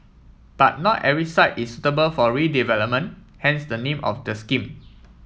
but not every site is suitable for redevelopment hence the name of the scheme